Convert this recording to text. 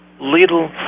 little